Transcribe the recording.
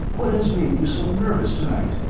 what has made you so nervous to-night?